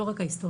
לא רק ההיסטורי.